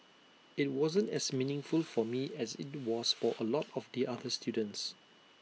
IT wasn't as meaningful for me as IT was for A lot of the other students